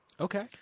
Okay